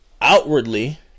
outwardly